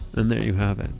and there you have it.